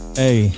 hey